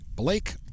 Blake